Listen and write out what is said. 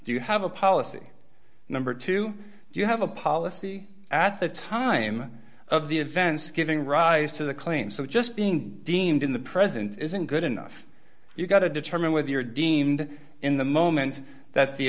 do you have a policy number two do you have a policy at the time of the events giving rise to the claim so just being deemed in the present isn't good enough you've got to determine with your deemed in the moment that the